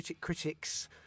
critics